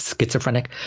schizophrenic